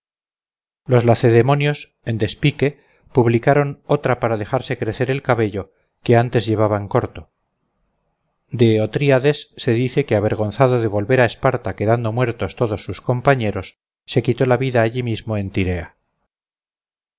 thyrea los lacedemonios en despique publicaron otra para dejarse crecer el cabello que antes llevaban corto de othryades se dice que avergonzado de volver a esparta quedando muertos todos sus compañeros se quitó la vida allí mismo en thyrea